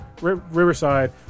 Riverside